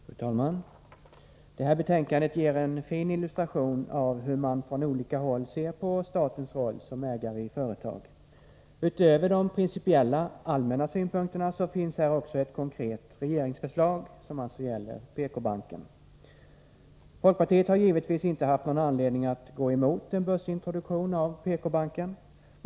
Fru talman! Det betänkande som vi nu behandlar ger en fin illustration av hur man från olika håll ser på statens roll som ägare till företag. Utöver de principiella, allmänna synpunkterna finns här ett konkret regeringsförslag, som gäller PK-banken. Folkpartiet har givetvis inte haft någon anledning att gå emot en börsintroduktion av PK-banken.